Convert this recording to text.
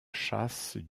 châsse